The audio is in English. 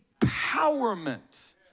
empowerment